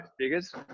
figures